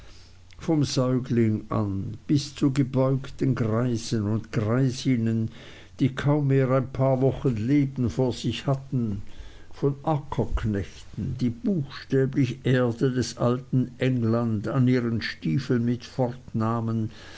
vom säugling an bis zu gebeugten greisen und greisinnen die kam mehr ein paar wochen leben vor sich hatten von ackerknechten die buchstäblich erde des alten england an ihren stiefeln mit